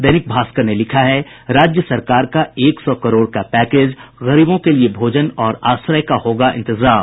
दैनिक भास्कर ने लिखा है राज्य सरकार का एक सौ करोड़ का पैकेज गरीबों के लिये भोजन और आश्रय का होगा इंतजाम